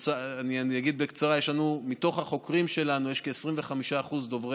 אני אגיד בקצרה: מתוך החוקרים שלנו כ-25% דוברי